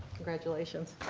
congratulations.